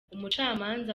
umucamanza